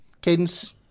Cadence